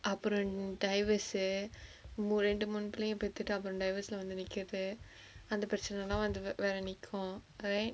அப்புறம்:appuram divorce uh moo~ ரெண்டு மூணு புள்ளைங்க பெத்துட்டு அப்புறம்:rendu moonu pullainga pethuttu appuram divorce leh வந்து நிக்குது அந்த பிரச்சனைளா வந்து:vanthu nikkuthu antha pirachanailaa vanthu ve~ வேற நிக்கு:vera nikku right